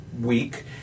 week